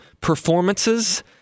performances